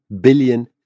billion